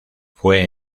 fue